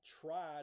tried